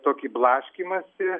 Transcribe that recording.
tokį blaškymąsi